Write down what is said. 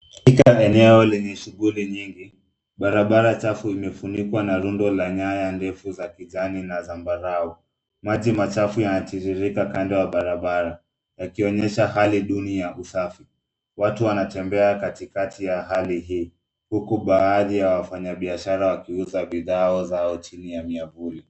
Katika eneo lenye shughuli nyingi barabara chafu imefunikwa na rundo la nyaya ndefu za kijani na zambarau. Maji machafu yanatiririka kando ya barabara yakionyesha hali duni ya usafi. Watu wanatembea katikati ya hali hii huku baadhi ya wafanyabiashara wakiuza bidhaa zao chini ya miavuli.